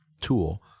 tool